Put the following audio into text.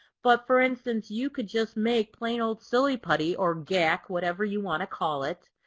but for instance, you could just make plain old silly putty or gack whatever you want to call it,